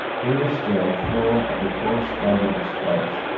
he was still full of the cold splendour of space,